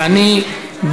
אני,